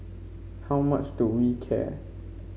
how much do we care